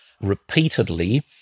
repeatedly